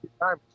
time